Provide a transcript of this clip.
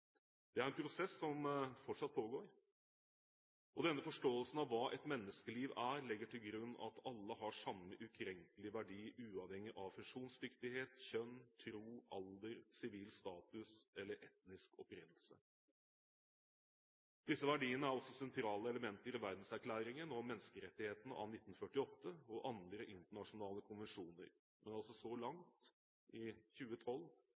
er en prosess som fortsatt pågår. Denne forståelsen av hva et menneskeliv er, legger til grunn at alle har samme ukrenkelige verdi, uavhengig av funksjonsdyktighet, kjønn, tro, alder, sivil status eller etnisk opprinnelse. Disse verdiene er også sentrale elementer i Verdenserklæringen om menneskerettighetene av 1948 og andre internasjonale konvensjoner, men så langt – i 2012